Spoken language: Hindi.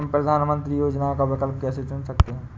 हम प्रधानमंत्री योजनाओं का विकल्प कैसे चुन सकते हैं?